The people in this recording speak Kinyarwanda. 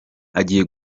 agiye